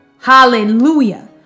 Hallelujah